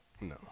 no